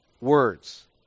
words